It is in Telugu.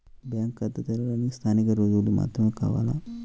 బ్యాంకు ఖాతా తెరవడానికి స్థానిక రుజువులు మాత్రమే కావాలా?